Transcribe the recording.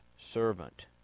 servant